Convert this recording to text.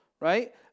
right